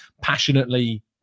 passionately